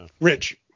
rich